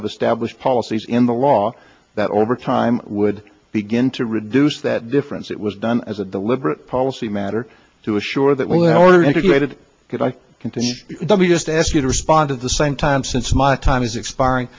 have established policies in the law that over time would begin to reduce that difference it was done as a deliberate policy matter to assure that with our integrated could i continue that we just ask you to respond at the same time since my time is expiring